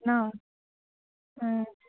ন